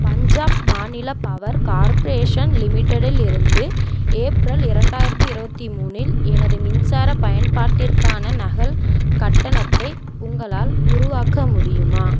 பஞ்சாப் மாநில power corporation லிமிடெடில் இருந்து ஏப்ரல் இரண்டாயிரத்தி இருபத்தி மூனில் எனது மின்சார பயன்பாட்டிற்கான நகல் கட்டணத்தை உங்களால் உருவாக்க முடியுமா